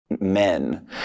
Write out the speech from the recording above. Men